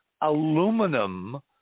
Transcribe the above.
aluminum